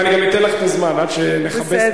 ואני גם אתן לך את הזמן, עד שנכבס את מילותינו.